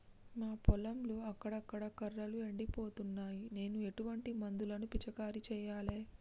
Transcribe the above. మా పొలంలో అక్కడక్కడ కర్రలు ఎండిపోతున్నాయి నేను ఎటువంటి మందులను పిచికారీ చెయ్యాలే?